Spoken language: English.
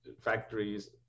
factories